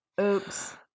oops